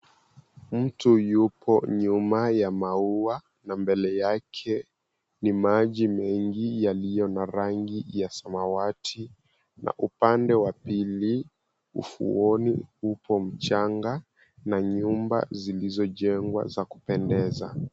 Mtu yupo nyuma ya maua na mbele yake ni maji mengi yaliyo na rangi ya samawati, na upande wa pili ufuoni upo mchanga na nyumba zilizojengwa za kupendeza